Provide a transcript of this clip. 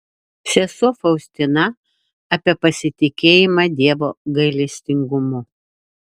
sesuo faustina apie pasitikėjimą dievo gailestingumu